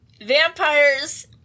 vampires